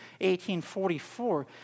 1844